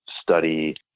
study